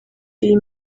iyo